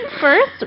First